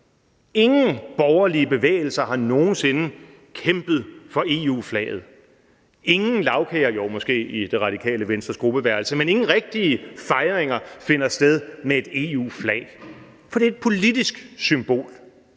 Ingen borgerlige bevægelser har nogen sinde kæmpet for EU-flaget. Ingen lagkager – jo, måske i Det Radikale Venstres gruppeværelse, men ingen rigtige fejringer finder sted med et EU-flag – for det er et politisk symbol;